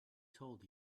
told